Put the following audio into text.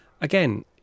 Again